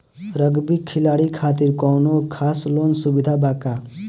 Rugby खिलाड़ी खातिर कौनो खास लोन सुविधा बा का?